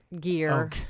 gear